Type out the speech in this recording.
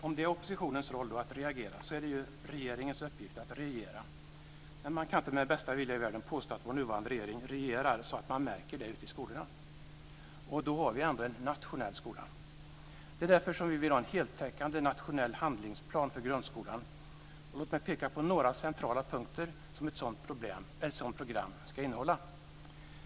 Om det är oppositionens roll att reagera är det regeringens uppgift att regera, men man kan inte med den bästa vilja i världen påstå att vår nuvarande regering regerar så att man märker det ute i skolorna. Då har vi ändå en nationell skola. Det är därför som vi vill ha en heltäckande nationell handlingsplan för grundskolan. Låt mig peka på några centrala punkter som ett sådant program ska innehålla.